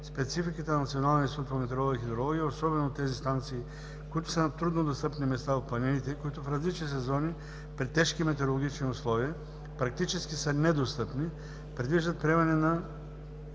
спецификата на Националния институт по метеорология и хидрология, особено тези станции, които са на труднодостъпни места в планините, които в различни сезони при тежки метеорологични условия, практически са недостъпни, предвиждат приемане на